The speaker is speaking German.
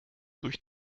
durch